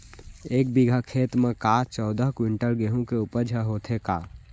एक बीघा खेत म का चौदह क्विंटल गेहूँ के उपज ह होथे का?